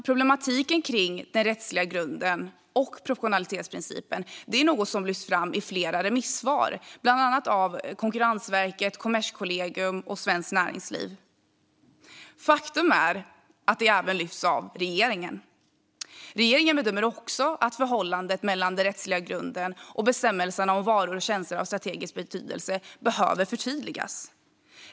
Problematiken kring den rättsliga grunden och proportionalitetsprincipen är något som lyfts fram i flera remissvar, bland annat av Konkurrensverket, Kommerskollegium och Svenskt Näringsliv. Faktum är att detta även lyfts fram av regeringen. Regeringen bedömer också att förhållandet mellan den rättsliga grunden och bestämmelserna om varor och tjänster av strategisk betydelse behöver förtydligas.